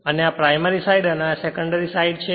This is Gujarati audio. અને આ પ્રાઇમરી સાઈડ અને આ સેકન્ડરી સાઈડ છે